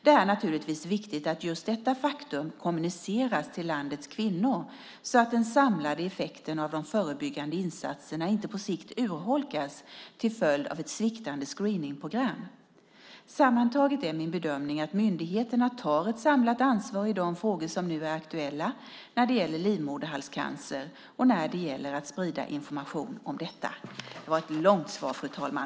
Det är naturligtvis viktigt att just detta faktum kommuniceras till landets kvinnor så att den samlade effekten av de förebyggande insatserna inte på sikt urholkas till följd av ett sviktande screeningsprogram. Sammantaget är min bedömning att myndigheterna tar ett samlat ansvar i de frågor som nu är aktuella när det gäller livmoderhalscancer och när det gäller att sprida information om detta. Det var ett långt svar, fru talman!